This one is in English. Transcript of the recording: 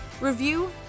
review